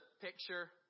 picture